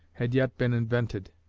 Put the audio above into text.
had yet been invented.